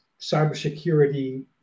cybersecurity